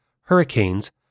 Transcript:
hurricanes